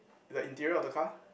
the interior of the car